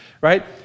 right